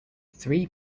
three